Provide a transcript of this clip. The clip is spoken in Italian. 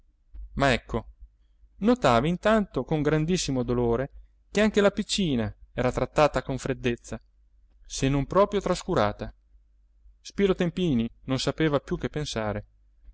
ma ecco notava intanto con grandissimo dolore che anche la piccina era trattata con freddezza se non proprio trascurata spiro tempini non sapeva più che pensare